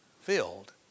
filled